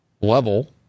level